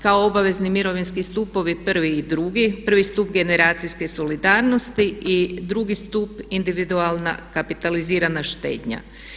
Kao obavezni mirovinski stupovi prvi i drugi, prvi stup generacijske solidarnosti i drugi stup individualna kapitalizirana štednja.